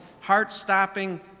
heart-stopping